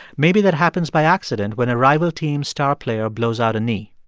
maybe that happens by accident when a rival team's star player blows out a knee.